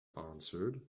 answered